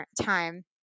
time